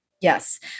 Yes